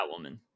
Catwoman